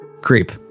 Creep